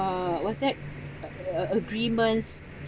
uh was that a a a agreements